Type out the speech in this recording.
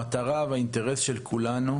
המטרה והאינטרס של כולנו,